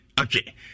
Okay